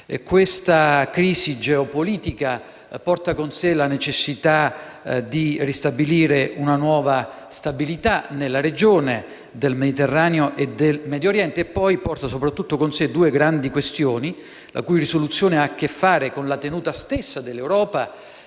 La crisi geopolitica porta con sé la necessità di ristabilire una nuova stabilità nella regione del Mediterraneo e del Medio Oriente e poi soprattutto due grandi questioni, la cui soluzione ha a che fare con la tenuta stessa dell'Europa